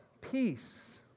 Peace